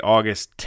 August